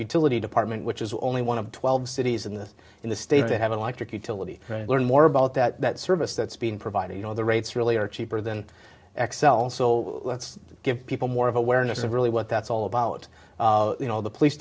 utility department which is only one of twelve cities in this in the states that have electric utility and learn more about that service that's being provided you know the rates really are cheaper than xcel so let's give people more of awareness of really what that's all about you know the police